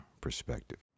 perspective